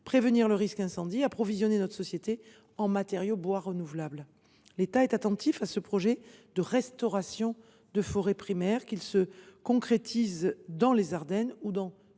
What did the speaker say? prévenir le risque incendie et d’approvisionner notre société en matériau bois renouvelable. L’État est attentif à ce projet de restauration de forêt primaire, qu’il se concrétise dans les Ardennes ou dans